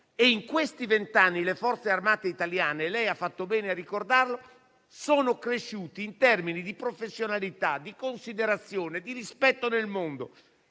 In questi vent'anni le Forze armate italiane - lei ha fatto bene a ricordarlo - sono cresciute in termini di professionalità, di considerazione e di rispetto nel mondo.